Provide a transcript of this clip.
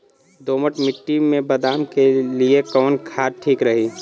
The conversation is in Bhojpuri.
दोमट मिट्टी मे बादाम के लिए कवन खाद ठीक रही?